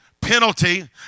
Penalty